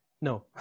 no